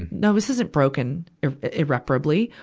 no, this isn't broken irreparably.